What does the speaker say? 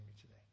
today